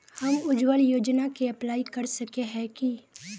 हम उज्वल योजना के अप्लाई कर सके है की?